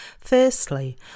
Firstly